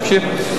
להמשיך?